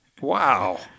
wow